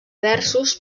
versos